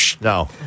No